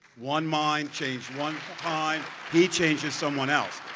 one mind changed one time, he changes someone else.